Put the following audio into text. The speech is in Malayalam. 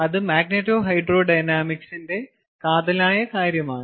അത് മാഗ്നെറ്റോഹൈഡ്രോഡൈനാമിക്സിന്റെ കാതലാണ്